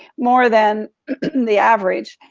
more than the average,